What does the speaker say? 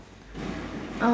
uh